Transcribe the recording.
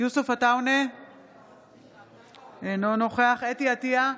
יוסף עטאונה, אינו נוכח חוה אתי עטייה,